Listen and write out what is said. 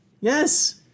Yes